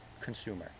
consumer